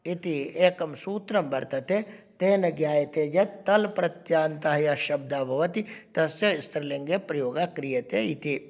इति एकं सूत्रं वर्तते तेन ज्ञायते यत् तल्प्रत्ययान्तः यः शब्दः भवति तस्य स्त्रीलिङ्गे प्रयोगः क्रियते इति